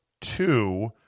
two